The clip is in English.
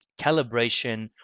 calibration